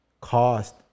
cost